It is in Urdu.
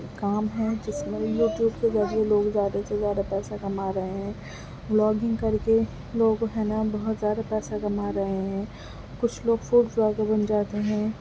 کام ہے جس میں یوٹیوب کے ذریعے لوگ زیادہ سے زیادہ پیسہ کما رہے ہیں بلاگنگ کر کے لوگ ہے نا بہت زیادہ پیسہ کما رہے ہیں کچھ لوگ فوڈ بلاگر بن جاتے ہیں